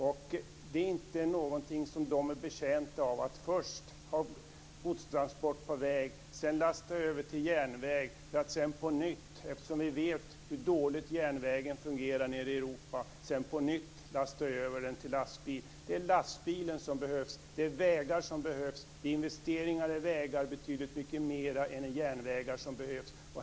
De är inte betjänta av att först transportera godset på väg, sedan lasta över det på järnväg för att sedan på nytt, eftersom vi vet hur dåligt järnvägen fungerar nere i Europa, lasta över det till lastbil. Det är lastbilar som behövs. Det är vägar som behövs. Investeringar i vägar behövs betydligt mycket mer än investeringar i järnvägar.